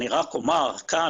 אני רק אומר כאן,